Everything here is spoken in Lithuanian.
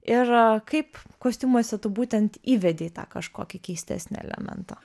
ir kaip kostiumuose tu būtent įvedei tą kažkokį keistesnį elementą